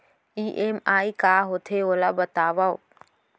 EMI का होथे, ओला बतावव